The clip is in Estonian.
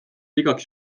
igaks